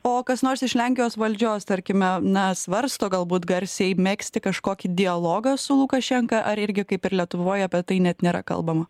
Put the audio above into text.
o kas nors iš lenkijos valdžios tarkime na svarsto galbūt garsiai megzti kažkokį dialogą su lukašenka ar irgi kaip ir lietuvoj apie tai net nėra kalbama